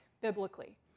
biblically